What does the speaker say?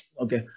Okay